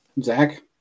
Zach